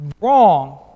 wrong